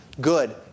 Good